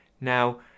Now